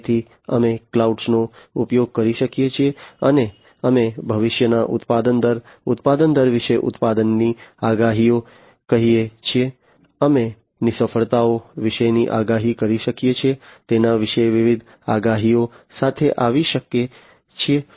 તેથી અમે ક્લાઉડનો ઉપયોગ કરી શકીએ છીએ અને અમે ભવિષ્યના ઉત્પાદન દર ઉત્પાદન દર વિશે ઉત્પાદનની આગાહીઓ કહીએ છીએ અમે નિષ્ફળતાઓ વિશેની આગાહીઓ કરી શકીએ છીએ તેના વિશે વિવિધ આગાહીઓ સાથે આવી શકીએ છીએ